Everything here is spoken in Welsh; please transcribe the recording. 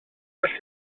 felly